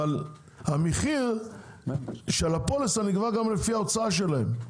אבל המחיר של הפוליסה נקבע גם לפי ההוצאה שלהם.